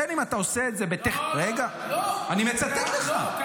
בין שאתה עושה את זה בטכניקה --- לא, לא.